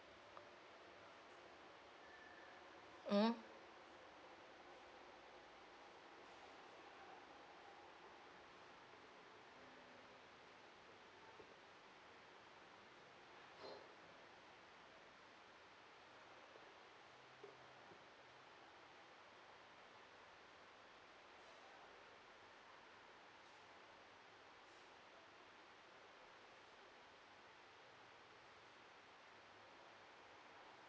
mmhmm